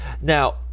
Now